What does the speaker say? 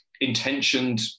intentioned